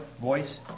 voice